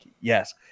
yes